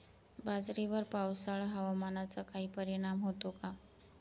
बाजरीवर पावसाळा हवामानाचा काही परिणाम होतो का?